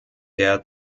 der